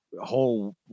whole